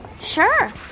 Sure